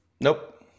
Nope